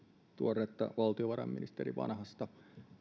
tuoretta valtiovarainministeri vanhasta